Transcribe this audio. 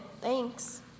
thanks